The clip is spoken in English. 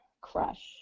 crush